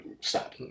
stop